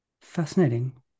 Fascinating